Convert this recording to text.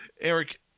Eric